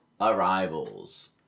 arrivals